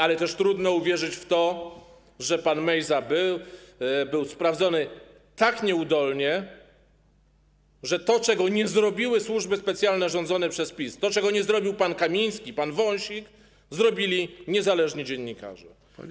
Ale też trudno uwierzyć w to że pan Mejza był sprawdzony tak nieudolnie, że to czego nie zrobiły służby specjalne rządzone przez PiS, to czego nie zrobił pan Kamiński, pan Wąsik, zrobili niezależni dziennikarze.